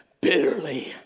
bitterly